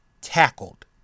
tackled